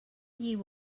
you